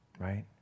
right